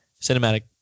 cinematic